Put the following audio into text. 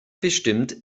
bestimmt